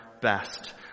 best